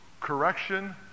correction